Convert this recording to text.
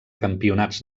campionats